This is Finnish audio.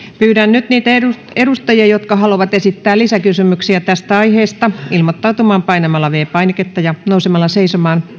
pyydän nyt niitä edustajia jotka haluavat esittää lisäkysymyksiä tästä aiheesta ilmoittautumaan painamalla viides painiketta ja nousemalla seisomaan